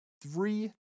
three